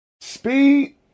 speed